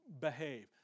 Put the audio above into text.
behave